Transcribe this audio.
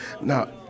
Now